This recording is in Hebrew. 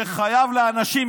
שחייב לאנשים.